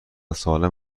سالم